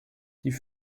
die